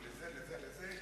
ושאני מאוד כעסתי עליו,